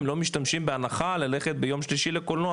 הם לא משתשים בהנחה ללכת ביום שלישי לקולנוע